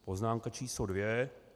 Poznámka číslo dvě.